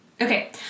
Okay